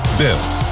built